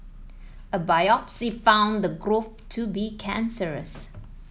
a biopsy found the growth to be cancerous